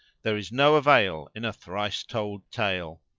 there is no avail in a thrice told tale.